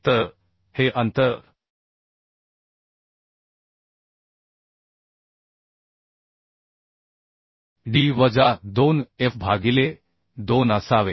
तर हे अंतर d वजा 2 f भागिले 2 असावे